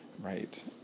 Right